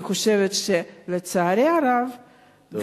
לצערי הרב,